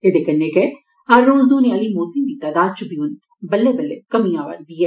एहदे कन्नै हर रोज होने आहली मौतें दी तदाद च बी हून बल्ले बल्लें कमी आवै'रदी ऐ